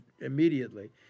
immediately